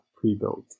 pre-built